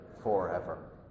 forever